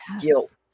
guilt